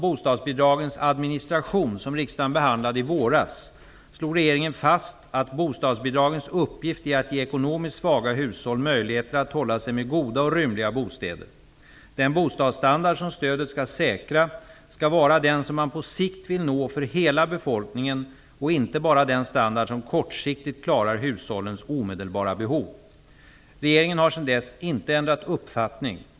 ''bostadsbidragens uppgift är att ge ekonomiskt svaga hushåll möjligheter att hålla sig med goda och rymliga bostäder. Den bostadsstandard som stödet skall säkra skall vara den som man på sikt vill nå för hela befolkningen och inte bara den standard som kortsiktigt klarar hushållens omedelbara behov''. Regeringen har sedan dess inte ändrat uppfattning.